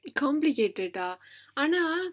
complicated ஆனா:aanaa